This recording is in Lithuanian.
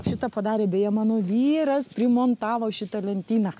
šitą padarė beje mano vyras primontavo šitą lentyną